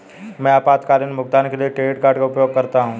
मैं आपातकालीन भुगतान के लिए क्रेडिट कार्ड का उपयोग करता हूं